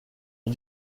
ont